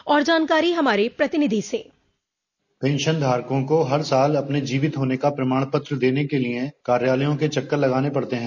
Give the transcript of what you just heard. और जानकारी हमारे प्रतिनिधि से पेंशनधारकों को हर साल अपने जीवत होने का प्रमाणपत्र देने के लिए कार्यालयों के चक्कर लगाने पड़ते हैं